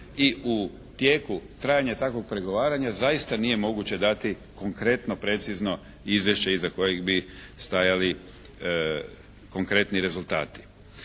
i u tijeku trajanja takvog pregovaranja zaista nije moguće dati konkretno precizno izvješće iza kojeg bi stajali konkretni rezultati.